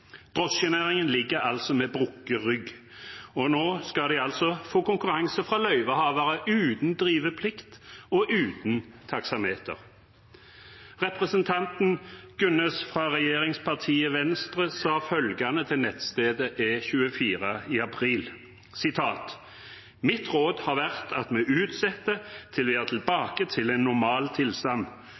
Drosjenæringen ligger altså med brukket rygg, og nå skal de få konkurranse fra løyvehavere uten driveplikt og uten taksameter. Representanten Gunnes fra regjeringspartiet Venstre sa følgende til nettstedet E24 i april: «Mitt råd har vært at vi utsetter til vi er tilbake til en